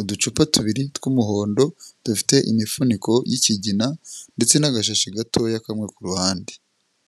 uducupa tubiri tw'umuhondo, dufite imifuniko y'ikigina, ndetse n'agashashi gatoya kamwe ku ruhande.